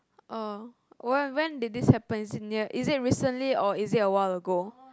oh when when did this happen is it near is it recently or is it a while ago